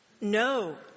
No